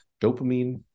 dopamine